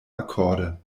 akkorde